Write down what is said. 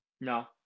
No